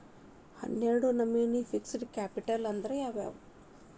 ಹನ್ನೆರ್ಡ್ ನಮ್ನಿ fixed capital ಅಂದ್ರ ಯಾವವ್ಯಾವು?